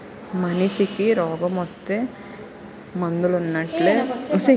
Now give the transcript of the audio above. మనిసికి రోగమొత్తే మందులున్నట్లే పశువులకి రోగమొత్తే బాగుసేసే సదువులు కూడా ఉన్నాయటరా